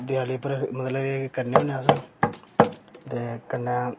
देयाली पर मतलब एह् के करने होन्ने अस